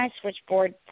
switchboard